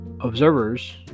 observers